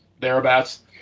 thereabouts